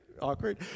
awkward